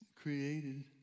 created